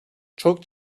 çok